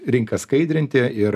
rinką skaidrinti ir